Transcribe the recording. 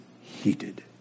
heated